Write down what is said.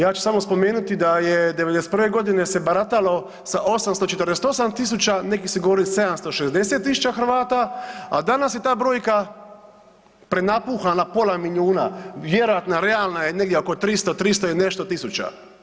Ja ću samo spomenuti da je '91.g. se baratalo sa 848.000, neki su govorili 760.000 Hrvata, a danas je ta brojka prenapuhana pola milijuna, vjerojatna, realna je negdje oko 300, 300 i nešto tisuća.